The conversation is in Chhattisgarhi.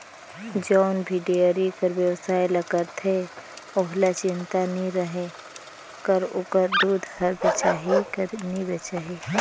जउन भी डेयरी कर बेवसाय ल करथे ओहला चिंता नी रहें कर ओखर दूद हर बेचाही कर नी बेचाही